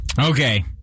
Okay